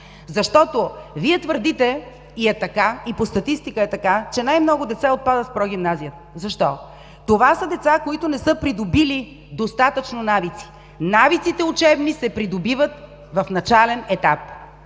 Защото Вие твърдите, и е така, и по статистика е така, че най-много деца отпадат в прогимназията. Защо? Това са деца, които не са придобили достатъчно навици. Учебните навици се придобиват в начален етап!